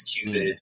executed